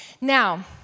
Now